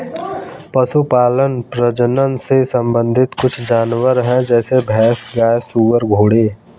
पशुपालन प्रजनन से संबंधित कुछ जानवर है जैसे भैंस, गाय, सुअर, घोड़े